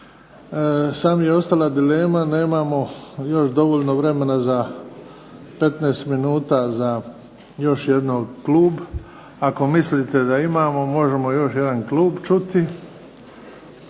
Sad mi je ostala dilema, nemamo još dovoljno vremena za, 15 minuta za još jedan klub. Ako mislite da imamo možemo još jedan klub čuti.